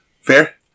Fair